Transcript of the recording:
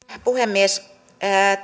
puhemies